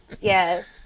Yes